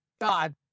God